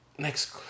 next